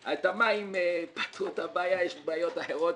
עם המים פתרו את הבעיה, יש בעיות אחרות,